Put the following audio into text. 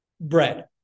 bread